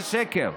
זה שקר.